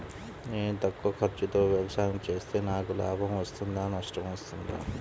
నేను తక్కువ ఖర్చుతో వ్యవసాయం చేస్తే నాకు లాభం వస్తుందా నష్టం వస్తుందా?